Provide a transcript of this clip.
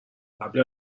قبل